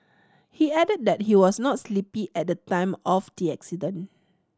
he added that he was not sleepy at the time of the accident